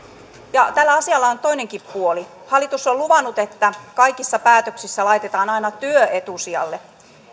ja tällä asialla on toinenkin puoli hallitus on luvannut että kaikissa päätöksissä laitetaan aina työ etusijalle